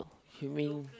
you mean